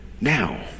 now